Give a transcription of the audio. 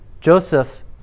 Joseph